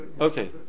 okay